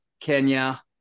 Kenya